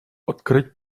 открыть